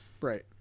right